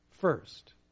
First